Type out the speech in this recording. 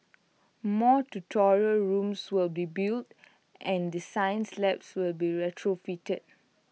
more tutorial rooms will be built and the science labs will be retrofitted